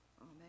Amen